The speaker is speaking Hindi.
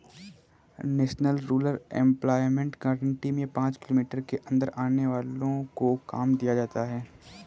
नेशनल रूरल एम्प्लॉयमेंट गारंटी में पांच किलोमीटर के अंदर आने वालो को काम दिया जाता था